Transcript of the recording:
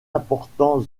important